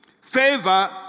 Favor